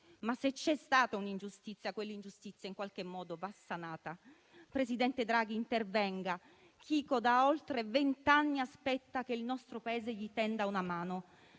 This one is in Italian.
Se c'è stata però un'ingiustizia, in qualche modo va sanata. Presidente Draghi, intervenga. Chico da oltre vent'anni aspetta che il nostro Paese gli tenda una mano.